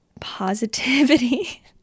positivity